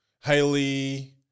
Haley